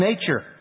nature